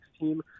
team